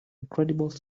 incredible